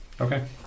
Okay